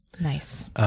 Nice